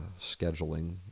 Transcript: scheduling